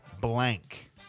blank